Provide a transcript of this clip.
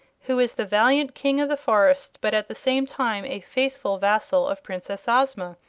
who is the valiant king of the forest, but at the same time a faithful vassal of princess ozma.